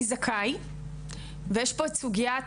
מי זכאי ויש פה את סוגיית,